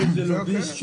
לא איזה לוביסט.